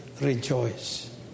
rejoice